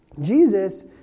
Jesus